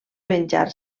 venjar